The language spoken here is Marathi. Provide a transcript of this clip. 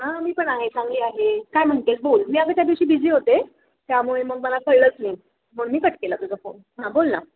हां मी पण आहे चांगली आहे काय म्हणतेस बोल मी अगं त्या दिवशी बिझी होते त्यामुळे मग मला कळलंच नाही म्हणून मी कट केला तुझा फोन हां बोल ना